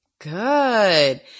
Good